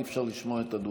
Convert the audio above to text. אי-אפשר לשמוע את הדובר.